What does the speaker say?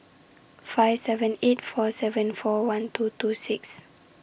five seven eight four seven four one two two six